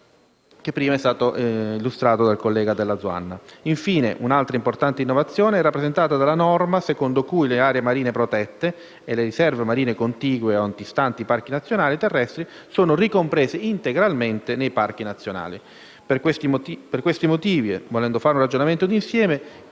Po, prima illustrato dal collega Dalla Zuanna. Infine, un'altra importante innovazione è rappresentata dalla norma secondo cui le aree marine protette e le riserve marine contigue o antistanti i parchi nazionali terrestri sono ricomprese integralmente nei parchi nazionali. Per queste motivi, volendo fare un ragionamento d'insieme,